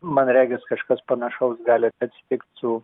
man regis kažkas panašaus gali atsitikt su